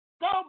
Go